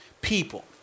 people